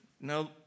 no